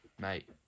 Mate